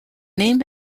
name